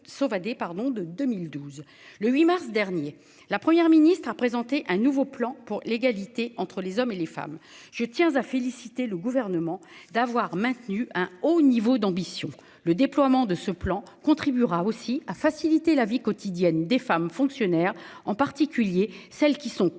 le 8 mars dernier, la Première ministre a présenté un nouveau plan pour l'égalité entre les hommes et les femmes. Je tiens à féliciter le gouvernement d'avoir maintenu un haut niveau d'ambition le déploiement de ce plan, contribuera aussi à faciliter la vie quotidienne des femmes fonctionnaires en particulier celles qui sont confrontées